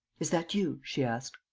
is that you? she asked.